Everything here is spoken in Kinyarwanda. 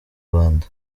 rwanda